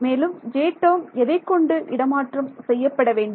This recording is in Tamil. மேலும் டேர்ம் எதைக்கொண்டு இடமாற்றம் செய்யப்பட வேண்டும்